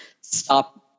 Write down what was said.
stop